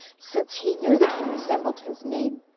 since he knew that he resembled his name.